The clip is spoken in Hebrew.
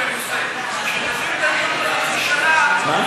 אם דוחים בחצי שנה, זה אומר, מה?